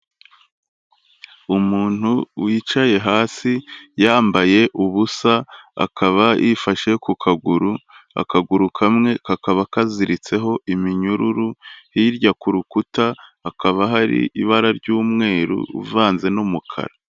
Umuntu wicaye hasi yambaye ubusa akaba yifashe ku kaguru, akaguru kamwe kakaba kaziritseho iminyururu, hirya ku rukuta hakaba hari ibara ry'umweru uvanze n'umukara.